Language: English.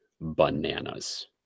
bananas